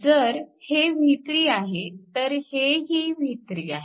जर हे v3आहे तर हेही v3आहे